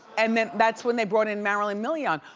and that's when they brought in marilyn milian.